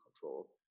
control